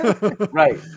Right